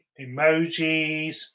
emojis